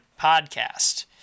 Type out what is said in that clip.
podcast